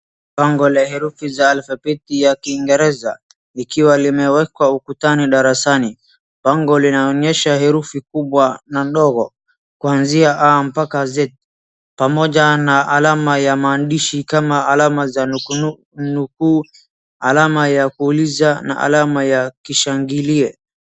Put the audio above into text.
Bango la herufi za alfabeti ya Kiingereza likiwa limewekwa ukutani darasani .Bango linaonyesha herufi kubwa na ndogo kuanzia /a/ mpaka /z/ pamoja na alama ya maandishi kama alama za:nukunuku ,nukuu ,alama ya kuuliza na alama ya kishangilie.